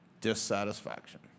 Dissatisfaction